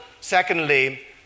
Secondly